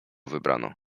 wybrano